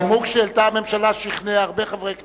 הנימוק שהעלתה הממשלה שכנע הרבה חברי כנסת.